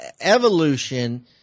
evolution